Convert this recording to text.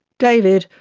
david,